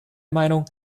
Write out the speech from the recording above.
meinung